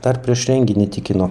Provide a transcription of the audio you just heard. dar prieš renginį tikino